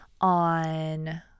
on